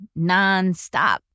nonstop